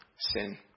sin